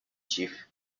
chief